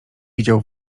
widział